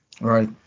Right